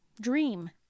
dream